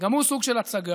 גם הוא סוג של הצגה.